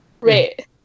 Right